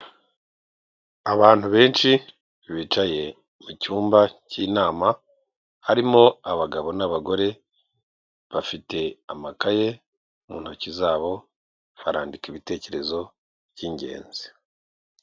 Abantu benshi bicaye mu cyumba cy'inama harimo abagabo n'abagore bafite amakaye mu ntoki zabo barandika ibitekerezo by'ingenzi.